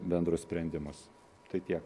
bendrus sprendimus tai tiek